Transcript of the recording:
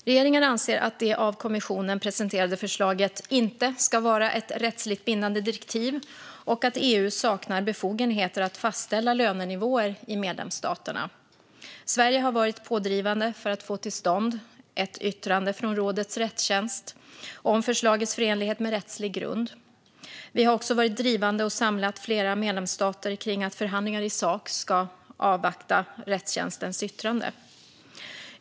Regeringen anser att det av kommissionen presenterade förslaget inte ska vara ett rättsligt bindande direktiv och att EU saknar befogenheter att fastställa lönenivåer i medlemsstaterna. Sverige har varit pådrivande för att få till stånd ett yttrande från rådets rättstjänst om förslagets förenlighet med rättslig grund. Vi har också varit drivande för och samlat flera medlemsstater kring att förhandlingar i sak ska avvakta rättstjänstens yttrande.